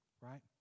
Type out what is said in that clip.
right